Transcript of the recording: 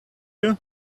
you